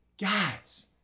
guys